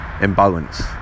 imbalance